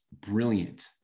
brilliant